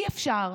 אי-אפשר.